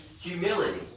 humility